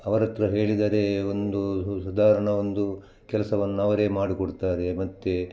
ಅವರ ಹತ್ತಿರ ಹೇಳಿದರೆ ಒಂದು ಸ್ ಸುಧಾರಣ ಒಂದು ಕೆಲ್ಸವನ್ನು ಅವರೇ ಮಾಡಿಕೊಡ್ತಾರೆ ಮತ್ತು